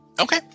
Okay